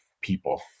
people